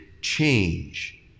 change